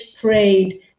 prayed